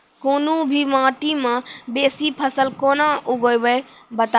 कूनू भी माटि मे बेसी फसल कूना उगैबै, बताबू?